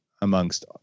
amongst